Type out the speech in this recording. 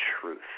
truth